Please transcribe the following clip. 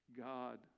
God